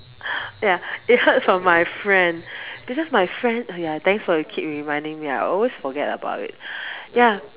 ya they heard from my friend because my friend !aiya! thanks for the keep reminding me I always forget about it ya